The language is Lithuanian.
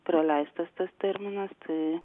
praleistas tas terminas tai